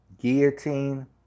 guillotine